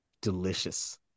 delicious